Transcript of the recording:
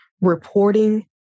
reporting